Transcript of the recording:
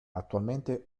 attualmente